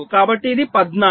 కాబట్టి ఇది 14